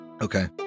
Okay